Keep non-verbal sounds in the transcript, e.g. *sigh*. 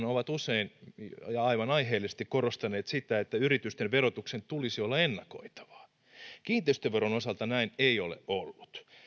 *unintelligible* ovat usein ja aivan aiheellisesti korostaneet sitä että yritysten verotuksen tulisi olla ennakoitavaa kiinteistöveron osalta näin ei ole ollut